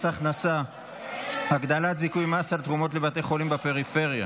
הכנסה (הגדלת זיכוי מס על תרומה לבתי חולים בפריפריה),